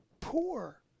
poor